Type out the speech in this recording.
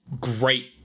great